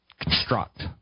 construct